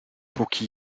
póki